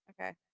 okay